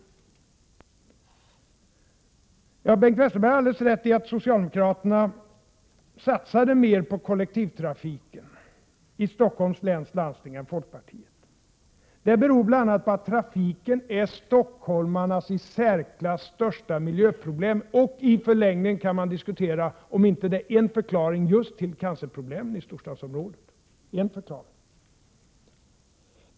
Bengt Westerberg har alldeles rätt i att socialdemokraterna satsade mer på kollektivtrafiken i Stockholms läns landsting än folkpartiet. Det beror bl.a. på att trafiken är stockholmarnas i särklass största miljöproblem. I förlängningen kan man diskutera om det inte är en förklaring just till cancerproblemen i storstadsområdet. Det är alltså en förklaring.